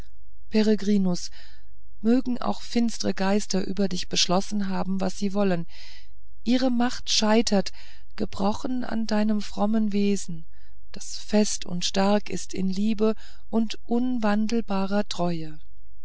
peregrinus mögen auch finstre geister über dich beschlossen haben was sie wollen ihre macht scheitert gebrochen an deinem frommen wesen das fest und stark ist in liebe und unwandelbarer treue